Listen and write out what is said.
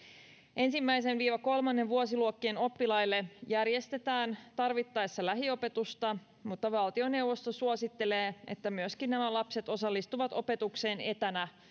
ensimmäisen viiva kolmannen vuosiluokan oppilaille järjestetään tarvittaessa lähiopetusta mutta valtioneuvosto suosittelee että myöskin nämä lapset osallistuvat opetukseen etänä